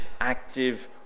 active